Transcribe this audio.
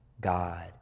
God